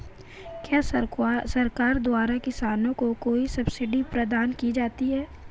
क्या सरकार द्वारा किसानों को कोई सब्सिडी प्रदान की जाती है?